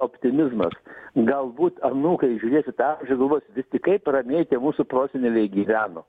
optimizmas galbūt anūkai žiūrės į tą ir galvos vis tik kaip ramiai tie mūsų proseneliai gyveno